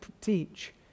teach